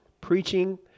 preaching